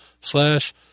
slash